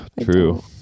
True